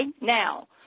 now